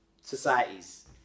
societies